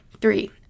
Three